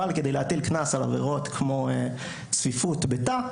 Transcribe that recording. אבל כדי להטיל קנס על עבירות כמו צפיפות בתא,